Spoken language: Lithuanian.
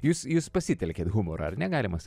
jūs jūs pasitelkėt humorą ar ne galima